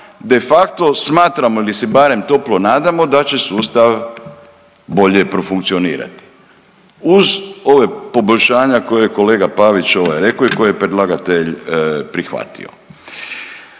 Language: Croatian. de facto smatramo ili se barem toplo nadamo da će sustav bolje profunkcionirati. Uz ova poboljšanja koja je kolega Pavić rekao i koje je predlagatelj prihvatio.